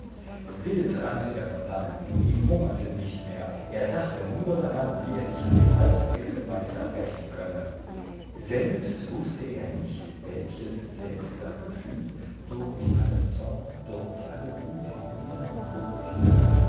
wild rannte er von dannen ihn hungerte nicht mehr er dachte nur daran wie er sich an dem alten hexenmeister rächen könne selbst wußte er nicht welches seltsame gefühl durch allen zorn durch alle wut im innern durchdrang